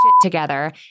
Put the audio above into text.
Together